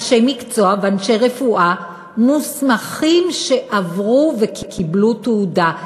אנשי מקצוע ואנשי רפואה מוסמכים שעברו בחינות וקיבלו תעודה,